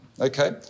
Okay